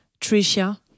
Tricia